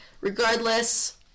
regardless